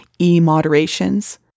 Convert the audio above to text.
e-moderations